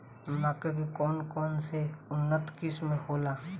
मक्का के कौन कौनसे उन्नत किस्म होला?